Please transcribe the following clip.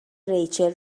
ریچل